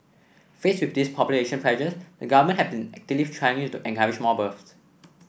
faced with these population pressures the Government has been actively trying to encourage more births